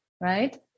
right